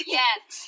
yes